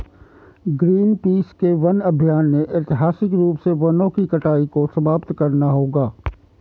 Greenpeace के वन अभियान ने ऐतिहासिक रूप से वनों की कटाई को समाप्त करना होगा